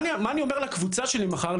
מה אני אומר לקבוצה שלי מחר,